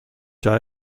jij